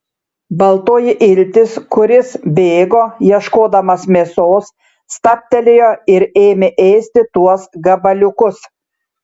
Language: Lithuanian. baltoji iltis kuris bėgo ieškodamas mėsos stabtelėjo ir ėmė ėsti tuos gabaliukus